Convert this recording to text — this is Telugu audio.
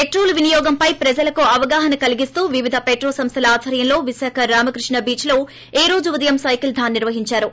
పెట్రోలు వినియోగంపై ప్రజలకు అవగాహన కలిగిస్తూ వివిధ పెట్రో సంస్వల ఆధ్వర్యంలో విశాఖ రామకృష్లా బీచ్ లో ఈ రోజు ఉదయం సైకిల్ థాన్ నిర్వహిందారు